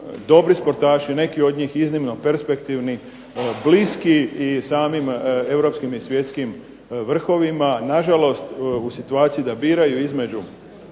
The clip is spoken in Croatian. dobri sportaši. Neki od njih iznimno perspektivni, bliski u samim europskim i svjetskim vrhovima. Na žalost u situaciji da biraju između